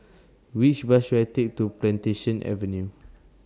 Which Bus should I Take to Plantation Avenue